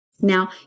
Now